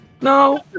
No